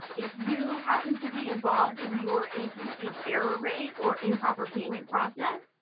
if you happen to be involved in your agency's error rate or improper payment process,